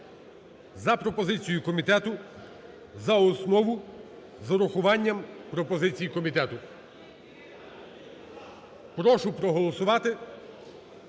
за пропозицією комітету за основу, з урахуванням пропозицій комітету. Прошу проголосувати.